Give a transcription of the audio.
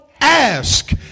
ask